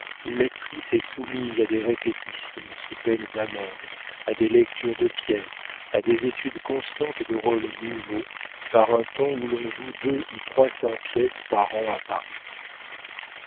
où l'actrice est soumise à des répétitions sous peine d'amende à des lectures de pièces à des études constantes de rôles nouveaux par un temps où l'on joue deux ou trois cents pièces par an à paris